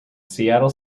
seattle